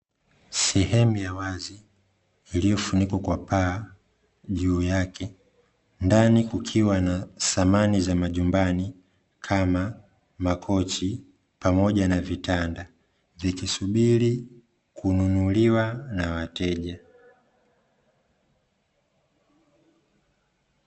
Sehemu ya wazi iliyofunikwa kwa paa, juu yake ndani kukiwa na samani za majumbani, kama: makochi pamoja na vitanda; vikisubiri kununuliwa na wateja.